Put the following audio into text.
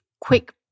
quick